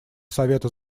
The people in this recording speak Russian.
совета